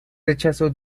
rechazo